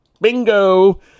bingo